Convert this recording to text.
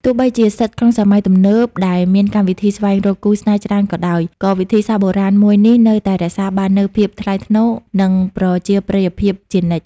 ទោះបីជាស្ថិតក្នុងសម័យទំនើបដែលមានកម្មវិធីស្វែងរកគូស្នេហ៍ច្រើនក៏ដោយ ក៏វិធីសាស្រ្តបុរាណមួយនេះនៅតែរក្សាបាននូវភាពថ្លៃថ្នូរ និងប្រជាប្រិយភាពជានិច្ច។